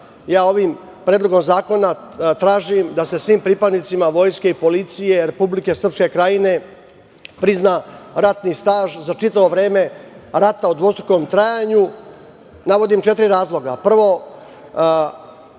ovim predlogom zakona tražim da se svim pripadnicima vojske i policije Republike Srpske Krajine prizna ratni staž za čitavo vreme rata u dvostrukom trajanju. Navodim četiri razloga. Prvo,